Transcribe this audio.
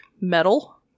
metal